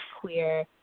queer